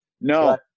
No